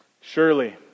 Surely